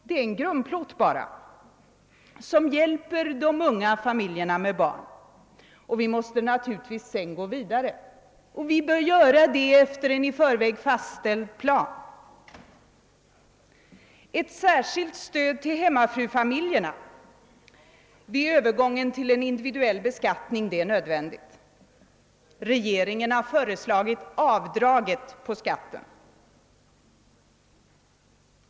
Det är bara en grundplåt som hjälper de unga barnfamiljerna. Vi måste sedan gå vidare, och vi bör göra det enligt en i förväg fastställd plan. Ett särskilt stöd till hemmafrufamiljerna vid övergången till en individuell beskattning är nödvändig. Regeringen har föreslagit avdraget på skatten.